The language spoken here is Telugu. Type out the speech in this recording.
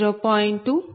2